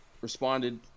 responded